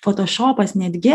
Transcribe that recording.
fotošopas netgi